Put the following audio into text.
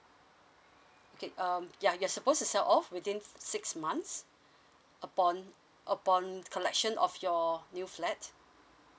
okay um ya you are supposed to sell off within six months upon upon collection of your new flat